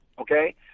Okay